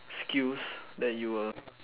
skills that you will